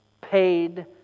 paid